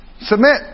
submit